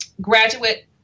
graduate